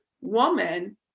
woman